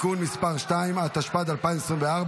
(תיקון מס' 2), התשפ"ד 2024,